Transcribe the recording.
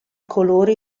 colori